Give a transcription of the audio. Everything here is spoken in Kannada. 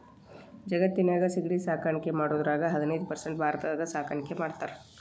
ಜಗತ್ತಿನ್ಯಾಗ ಸಿಗಡಿ ಸಾಕಾಣಿಕೆ ಮಾಡೋದ್ರಾಗ ಹದಿನೈದ್ ಪರ್ಸೆಂಟ್ ಭಾರತದಾಗ ಸಾಕಾಣಿಕೆ ಮಾಡ್ತಾರ